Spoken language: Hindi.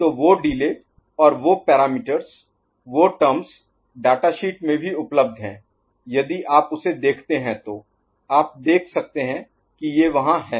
तो वो डिले और वो पैरामीटर्स Parameters मापदंडों वो टर्म्स डाटा शीट में भी उपलब्ध हैं यदि आप उसे देखते हैं तो आप देख सकते हैं कि ये वहाँ है